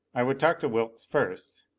i would talk to wilks first.